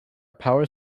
power